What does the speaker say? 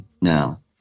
now